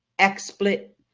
xsplit,